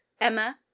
Emma